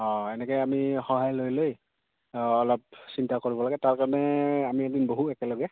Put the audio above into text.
অঁ এনেকে আমি সহায় লৈ লৈ অলপ চিন্তা কৰিব লাগে তাৰ কাৰণে আমি এদিন বহো একেলগে